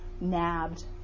nabbed